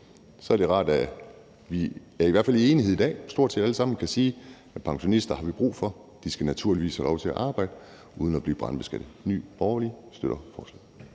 er det rart, at der i hvert fald er enighed i dag, hvor vi stort set alle sammen kan sige, at pensionister har vi brug for, og at de naturligvis skal have lov til at arbejde uden at blive brandbeskattet. Nye Borgerlige støtter forslaget.